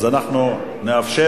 אז אנחנו נאפשר,